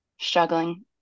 struggling